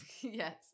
Yes